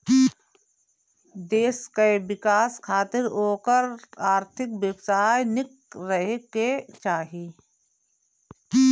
देस कअ विकास खातिर ओकर आर्थिक व्यवस्था निक रहे के चाही